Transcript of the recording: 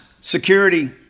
Security